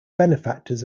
benefactors